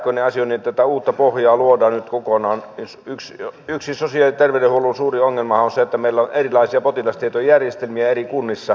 kun tämän sähköisen asioinnin uutta pohjaa luodaan nyt kokonaan niin yksi sosiaali ja terveydenhuollon suuri ongelmahan on se että meillä on erilaisia potilastietojärjestelmiä eri kunnissa